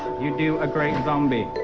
you do a great zombie.